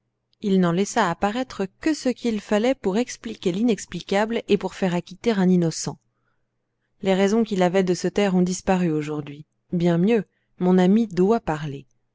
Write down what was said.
il n'en laissa apparaître que ce qu'il fallait pour expliquer l'inexplicable et pour faire acquitter un innocent les raisons qu'il avait de se taire ont disparu aujourd'hui bien mieux mon ami doit parler